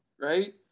right